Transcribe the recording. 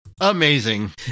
Amazing